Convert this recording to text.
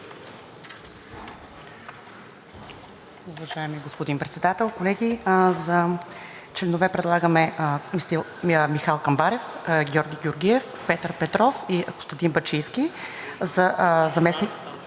Уважаеми господин Председател, колеги! За членове предлагаме Михал Камбарев, Георги Георгиев, Петър Петров, Константин Бачийски и Иван